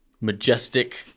majestic